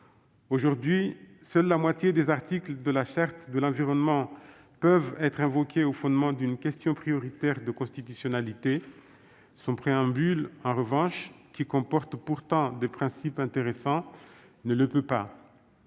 Aujourd'hui, seule la moitié des articles de la Charte de l'environnement peut être invoquée au fondement d'une question prioritaire de constitutionnalité. Tel n'est pas le cas de son préambule, qui comporte pourtant des principes intéressants. De plus,